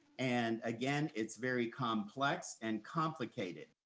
and again, it's very complex and complicated.